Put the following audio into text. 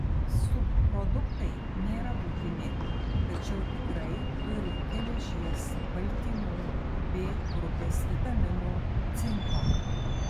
subproduktai nėra būtini tačiau tikrai turi geležies baltymų b grupės vitaminų cinko